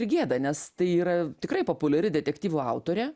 ir gėda nes tai yra tikrai populiari detektyvų autorė